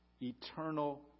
Eternal